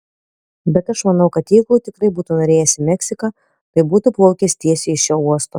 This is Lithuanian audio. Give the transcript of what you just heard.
bet aš manau kad jeigu tikrai būtų norėjęs į meksiką tai būtų plaukęs tiesiai iš šio uosto